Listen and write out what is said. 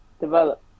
develop